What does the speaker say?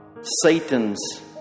Satan's